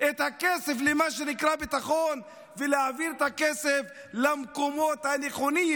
את הכסף למה שנקרא ביטחון ולהעביר את הכסף למקומות הנכונים: